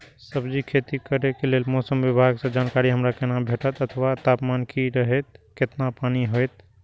सब्जीके खेती करे के लेल मौसम विभाग सँ जानकारी हमरा केना भेटैत अथवा तापमान की रहैत केतना पानी होयत?